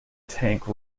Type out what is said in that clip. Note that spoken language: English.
tank